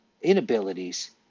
inabilities